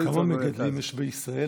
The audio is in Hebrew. כמה מגדלים יש בישראל,